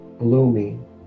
blooming